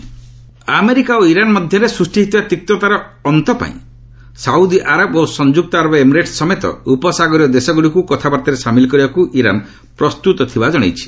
Iran Gulf country America ଓ Iran ମଧ୍ୟରେ ସୃଷ୍ଟି ହୋଇଥିବା ତିକ୍ତତାର ଅନ୍ତପାଇଁ ସାଉଦୀ ଆରବ ଓ ସଂଯ୍ରକ୍ତ ଆରବ ଏମିରେଟ୍ସ୍ ସମେତ ଉପସାଗରୀୟ ଦେଶଗୁଡ଼ିକୁ କଥାବାର୍ତ୍ତାରେ ସାମିଲ୍ କରିବାକୁ ଇରାନ୍ ପ୍ରସ୍ତୁତ ଥିବାର ଜଣାଇଛି